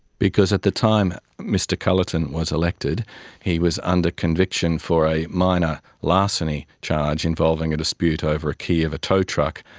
because at the time mr culleton was elected he was under conviction for a minor larceny charge involving a dispute over a key of a tow truck,